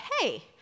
hey